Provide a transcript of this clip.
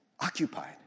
Occupied